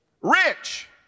rich